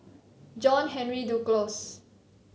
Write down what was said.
John Henry Duclos